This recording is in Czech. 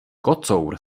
kocour